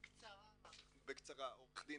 בקצרה בבקשה.